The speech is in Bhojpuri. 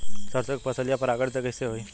सरसो के फसलिया परागण से कईसे होई?